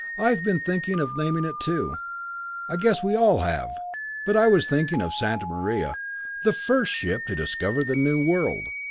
i have been thinking of naming it too i guess we all have but i was thinking of santa maria the first ship to discover the new world.